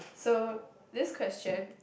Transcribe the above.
so this question